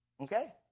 okay